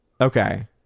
okay